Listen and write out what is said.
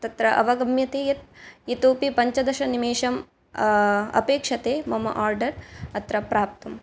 तत्र अवगम्यते यत् इतोपि पञ्चदशनिमेषम् अपेक्षते मम आर्डर् अत्र प्राप्तुम्